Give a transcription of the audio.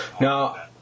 Now